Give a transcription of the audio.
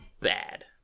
bad